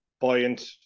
buoyant